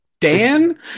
Dan